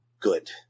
good